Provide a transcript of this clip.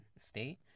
state